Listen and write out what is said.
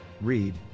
Read